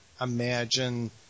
Imagine